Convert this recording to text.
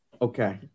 Okay